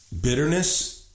Bitterness